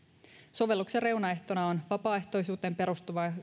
sovelluksen reunaehtona on vapaaehtoisuuteen perustuva ja